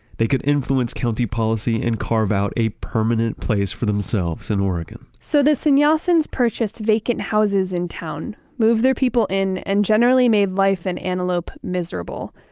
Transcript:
they could influence county policy and carve out a permanent place for themselves in oregon so the sannyasins purchased vacant houses in town, moved their people in and generally made life in and antelope miserable.